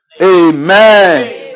amen